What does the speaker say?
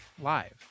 live